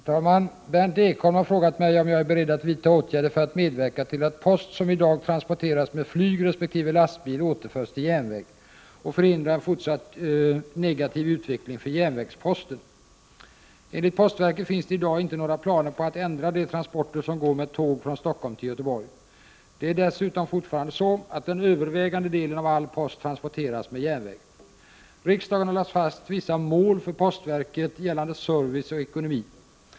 Herr talman! Berndt Ekholm har frågat mig om jag är beredd att vidta åtgärder för att medverka till att post som i dag transporteras med flyg resp. lastbil återförs till järnväg och förhindra en fortsatt negativ utveckling för järnvägsposten. Enligt postverket finns det i dag inte några planer på att ändra de transporter som går med tåg från Stockholm till Göteborg. Det är dessutom fortfarande så att den övervägande delen av all post transporteras med järnväg. Riksdagen har lagt fast vissa mål för postverket gällande service och ekonomi.